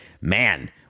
man